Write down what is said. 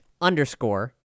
underscore